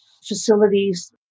facilities